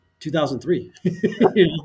2003